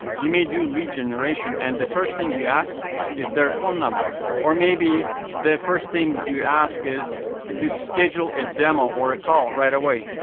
you may do lead generation, and the first thing you ask is their phone number, or maybe the first thing you ask is to schedule a demo or a call right away.